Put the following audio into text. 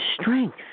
strength